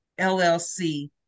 LLC